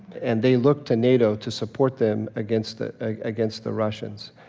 and they looked to nato to support them against the ah against the russians.